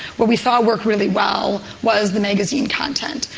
what we saw work really well was the magazine content,